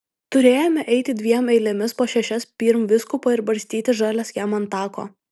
turėjome eiti dviem eilėmis po šešias pirm vyskupo ir barstyti žoles jam ant tako